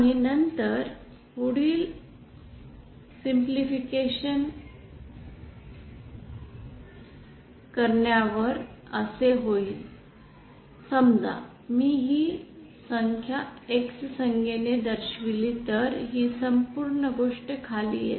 आणि नंतर पुढील सरलीकरणावर असे होईल आणि समजा मी ही संख्या X संज्ञेने दर्शविली तर ही संपूर्ण गोष्ट खाली येते